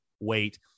wait